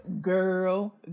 girl